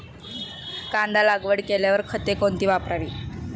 कांदा लागवड केल्यावर खते कोणती वापरावी?